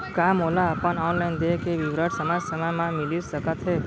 का मोला अपन ऑनलाइन देय के विवरण समय समय म मिलिस सकत हे?